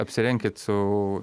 apsirenkit su